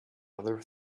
other